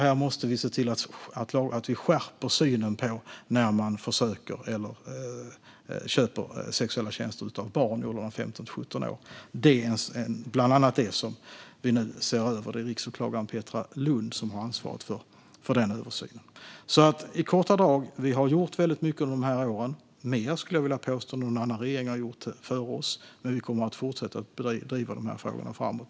Här måste vi se till att skärpa synen när det gäller köp av sexuella tjänster av barn i åldrarna 15-17 år. Det är bland annat det som vi nu ser över. Det är riksåklagaren Petra Lundh som har ansvar för denna översyn. I korta drag: vi har gjort väldigt mycket under dessa år - mer, skulle jag vilja påstå, än någon annan regering har gjort före oss - men vi kommer med kraft att fortsätta att driva dessa frågor framåt.